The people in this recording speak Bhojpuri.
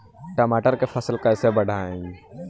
टमाटर के फ़सल कैसे बढ़ाई?